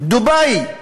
דובאי,